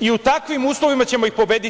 i u takvim uslovima ćemo ih pobediti.